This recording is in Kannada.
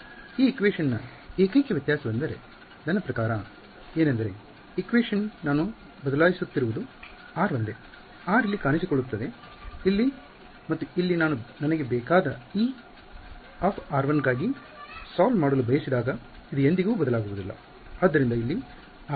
ಈ ಇಕ್ವೇಷನ್ ನ ಏಕೈಕ ವ್ಯತ್ಯಾಸವೆಂದರೆ ನನ್ನ ಪ್ರಕಾರ ಎನಂದರೆ ಇಕ್ವೇಷನ್ ನಾನು ಬದಲಾಯಿಸುತ್ತಿರುವುದು r ಒಂದೇ r ಇಲ್ಲಿ ಕಾಣಿಸಿಕೊಳ್ಳುತ್ತಿದೆ ಇಲ್ಲಿ ಮತ್ತು ಇಲ್ಲಿ ನಾನು ನನಗೆ ಬೇಕಾದ Er′ ಗಾಗಿ ಸೊಲ್ವ್ ಮಾಡಲು ಬಯಸಿದಾಗ ಇದು ಎಂದಿಗೂ ಬದಲಾಗುವುದಿಲ್ಲ